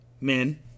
Men